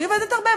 אני עובדת הרבה.